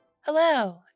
Hello